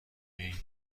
این